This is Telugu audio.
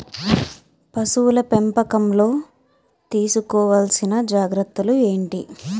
పశువుల పెంపకంలో తీసుకోవల్సిన జాగ్రత్తలు ఏంటి?